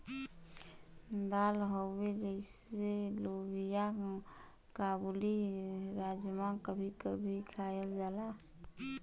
दाल हउवे जइसे लोबिआ काबुली, राजमा कभी कभी खायल जाला